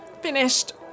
finished